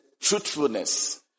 truthfulness